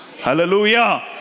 Hallelujah